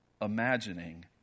imagining